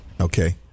Okay